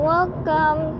Welcome